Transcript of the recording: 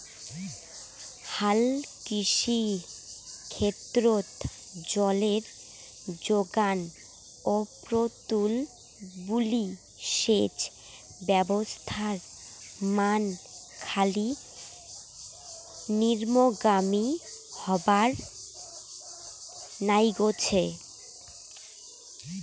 হালকৃষি ক্ষেত্রত জলের জোগান অপ্রতুল বুলি সেচ ব্যবস্থার মান খালি নিম্নগামী হবার নাইগছে